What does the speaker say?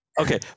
Okay